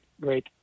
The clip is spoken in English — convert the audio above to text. great